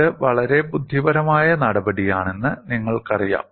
ഇത് വളരെ ബുദ്ധിപരമായ നടപടിയാണെന്ന് നിങ്ങൾക്കറിയാം